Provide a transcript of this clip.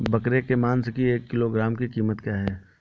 बकरे के मांस की एक किलोग्राम की कीमत क्या है?